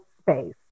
space